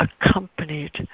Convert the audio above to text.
accompanied